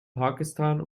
pakistan